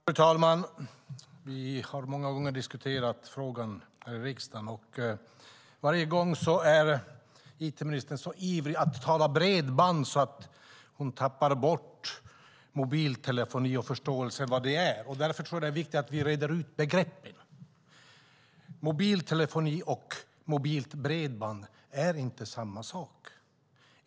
Fru talman! Vi har många gånger diskuterat denna fråga i riksdagen. Varje gång är it-ministern så ivrig att tala bredband så att hon tappar bort förståelsen för mobiltelefoni. Därför är det viktigt att vi reder ut begreppen. Mobiltelefoni och mobilt bredband är inte samma sak.